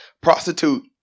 Prostitute